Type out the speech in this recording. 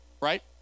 right